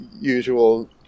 usual